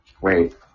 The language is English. Wait